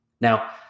Now